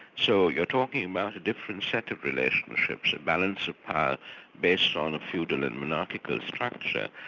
so you're talking about a different set of relationships, a balance of power based on a feudal and monarchical structure,